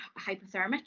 hypothermic